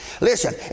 Listen